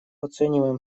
оцениваем